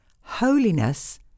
holiness